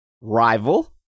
rival